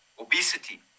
obesity